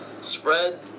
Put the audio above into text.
spread